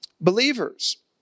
believers